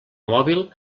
mòbil